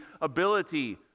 ability